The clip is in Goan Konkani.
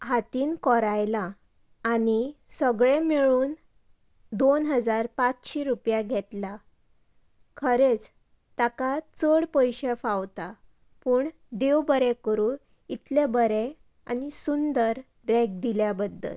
हातीन कोरायलां आनी सगळें मेळून दोन हजार पांचशी रुपया घेतल्या खरेंच ताका चड पयशे फावतां पूण देंव बरें करूं इतलें बरें आनी सुंदर रेग दिल्ल्या बद्दल